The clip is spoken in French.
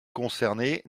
concernées